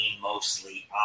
mostly